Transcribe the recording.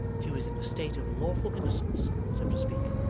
she was in a state of lawful innocence, so to speak.